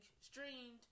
streamed